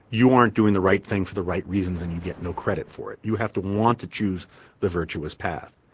you aren't doing the right thing for the right reasons and you get no credit for it. you have to want to choose the virtuous path.